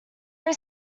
they